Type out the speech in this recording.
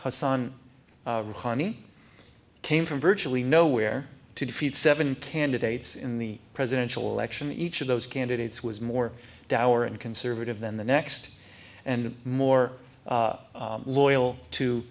hassan rouhani came from virtually nowhere to defeat seven candidates in the presidential election each of those candidates was more dour and conservative than the next and more loyal to